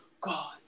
God